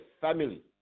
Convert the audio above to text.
family